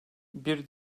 bir